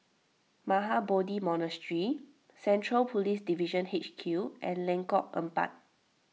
Mahabodhi Monastery Central Police Division H Q and Lengkok Empat